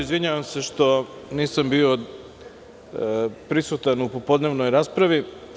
Izvinjavam se što nisam bio prisutan u popodnevnoj raspravi.